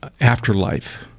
afterlife